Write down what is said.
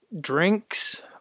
drinks